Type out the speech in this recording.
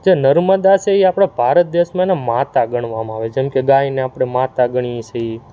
જે નર્મદા છે એ આપણે ભારત દેશમાં એને માતા ગણવામાં આવે જેમકે ગાયને આપણે માતા ગણીએ છીએ